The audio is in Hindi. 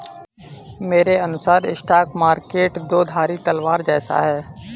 मेरे अनुसार स्टॉक मार्केट दो धारी तलवार जैसा है